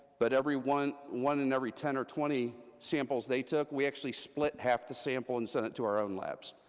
but every one, one in every ten or twenty samples they took, we actually split half the sample, and sent it to our own labs.